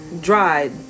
dried